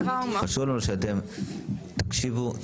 חשוב לנו שאתם תקשיבו,